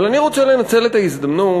אבל אני רוצה לנצל את ההזדמנות